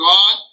God